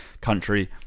country